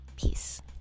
Peace